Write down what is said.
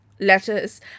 letters